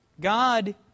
God